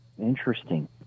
Interesting